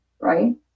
right